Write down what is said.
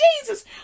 Jesus